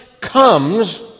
comes